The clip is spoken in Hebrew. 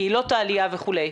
קהילות העלייה וכו'.